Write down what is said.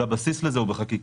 והבסיס לזה הוא בחקיקה.